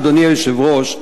אדוני היושב-ראש,